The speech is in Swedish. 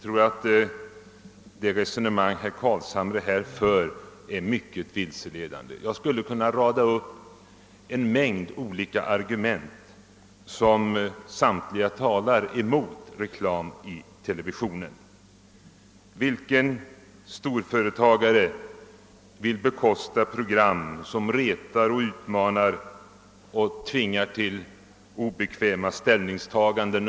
Det resonemang herr Carlshamre här för är nämligen mycket vilseledande. Jag skulle kunna rada upp en mängd olika argument, som samtliga talar mot reklam i televisionen. Vilken storföretagare vill bekosta program som retar och utmanar allmänheten och tvingar till obekväma ställningstaganden?